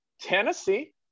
tennessee